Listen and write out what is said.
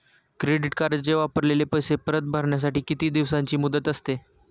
Credit कार्डचे वापरलेले पैसे परत भरण्यासाठी किती दिवसांची मुदत असते?